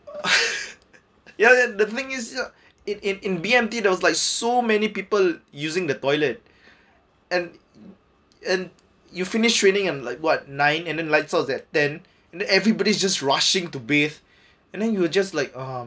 ya ya the thing is ya it in in B_M_T there was like so many people using the toilet and and you finished training and like what nine and then lights out is at ten and then everybody's just rushing to bathe and then you're just like ah